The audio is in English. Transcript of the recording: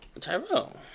Tyrell